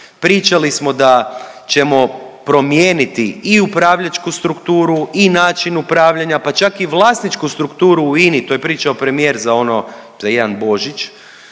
Pričali smo da ćemo promijeniti i upravljačku strukturu i način upravljanja, pa čak i vlasničku strukturu u INA-i, to je pričao premijer za ono, za jedan Božić